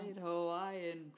Hawaiian